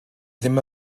ddim